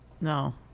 No